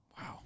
Wow